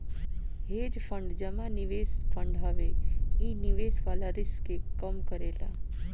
hedge fund जमा निवेश fund हवे इ निवेश वाला रिस्क के कम करेला